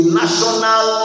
national